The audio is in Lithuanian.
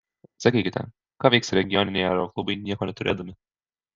sakykite ką veiks regioniniai aeroklubai nieko neturėdami